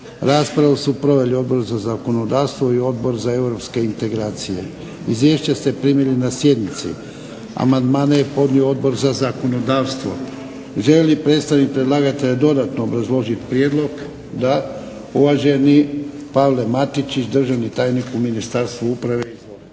Raspravu su proveli Odbor za zakonodavstvo i Odbor za Europske integracije. Izvješća ste primili na sjednici. Amandmane je podnio Odbor za zakonodavstvo. Želi li predstavnik predlagatelja dodatno obrazložiti prijedlog? Da. Uvaženi Pavle Matičić, državni tajnik u ministarstvu uprave. Izvolite.